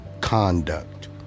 conduct